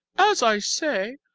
as i say,